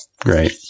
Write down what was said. great